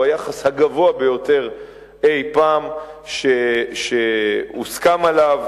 הוא היחס הגבוה ביותר שאי-פעם הוסכם עליו.